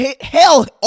Hell